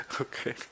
Okay